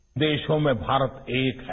उन देशों में भारत एक है